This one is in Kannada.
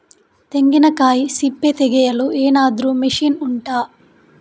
ತೆಂಗಿನಕಾಯಿ ಸಿಪ್ಪೆ ತೆಗೆಯಲು ಏನಾದ್ರೂ ಮಷೀನ್ ಉಂಟಾ